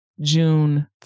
June